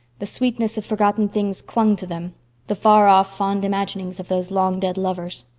the sweetness of forgotten things clung to them the far-off, fond imaginings of those long-dead lovers.